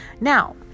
Now